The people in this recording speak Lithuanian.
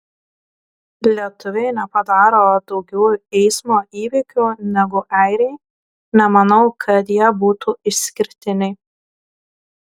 lietuviai nepadaro daugiau eismo įvykių negu airiai nemanau kad jie būtų išskirtiniai